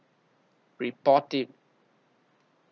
report it